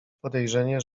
podejrzenie